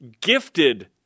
gifted